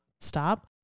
stop